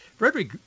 Frederick